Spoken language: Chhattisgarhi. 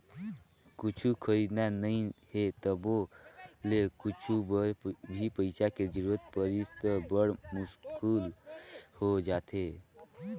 कुछु खरीदना नइ हे तभो ले कुछु बर भी पइसा के जरूरत परिस त बड़ मुस्कुल हो जाथे